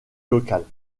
locales